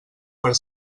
per